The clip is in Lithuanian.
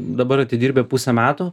dabar atidirbę pusę metų